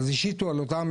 אז השיתו על אותם